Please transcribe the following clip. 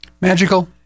Magical